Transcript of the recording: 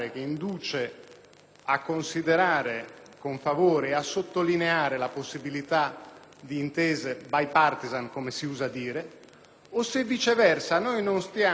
a considerare con favore e a sottolineare la possibilità di intese *bipartisan*, come si usa dire, o se viceversa noi non stiamo mettendo